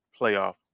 playoff